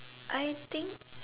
I think